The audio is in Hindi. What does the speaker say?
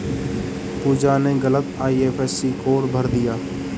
पूजा ने गलत आई.एफ.एस.सी कोड भर दिया